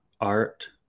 art